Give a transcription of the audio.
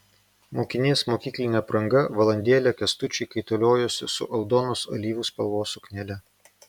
mokinės mokyklinė apranga valandėlę kęstučiui kaitaliojosi su aldonos alyvų spalvos suknele